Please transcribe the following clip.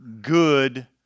good